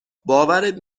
باورت